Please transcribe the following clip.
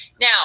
Now